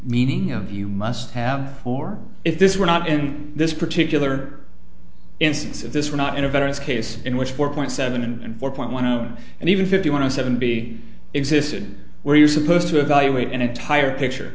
meaning of you must have four if this were not in this particular instance if this were not in a veterans case in which four point seven and four point one and even if you want to seven be existed where you're supposed to evaluate an entire picture